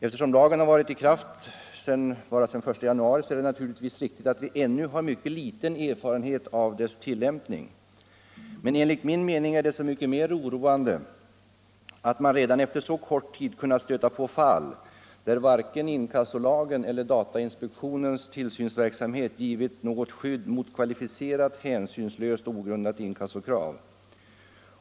Eftersom lagen varit i kraft bara sedan den 1 januari i år är det naturligtvis riktigt, att vi ännu har mycket liten erfarenhet av dess tilllämpning. Men enligt min mening är det så mycket mer oroande att man redan efter så kort tid kunnat stöta på fall där varken inkassolagen eller datainspektionens tillsynsverksamhet har givit något skydd mot kvalificerat hänsynslöst och ogrundat inkassokrav.